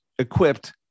Equipped